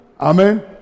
Amen